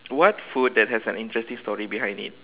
what food that has an interesting story behind it